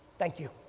thank you.